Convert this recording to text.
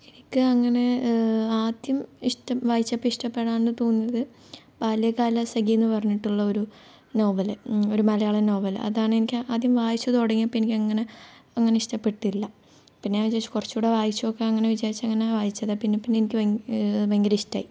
എനിക്ക് അങ്ങനെ ആദ്യം ഇഷ്ടം വായിച്ചപ്പോൾ ഇഷ്ടപ്പെടാണ്ട് തോന്നിയത് ബാല്യകാലസഖിയെന്ന് പറഞ്ഞിട്ടുള്ള ഒരു നോവൽ ഒരു മലയാളം നോവൽ അതാണ് എനിക്ക് ആദ്യം വായിച്ചു തുടങ്ങിയപ്പം എനിക്കങ്ങനെ അങ്ങനെ ഇഷ്ടപെട്ടില്ല പിന്നെ ഞാൻ വിചാരിച്ചു കുറച്ചുകൂടി വായിച്ചു നോക്കാം അങ്ങനെ വിചാരിച്ചു അങ്ങനെയാണ് വായിച്ചത് പിന്നെ പിന്നെ എനിക്ക് വൈ ഭയങ്കര ഇഷ്ടമായി